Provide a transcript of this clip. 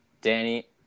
Danny